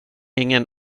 ingen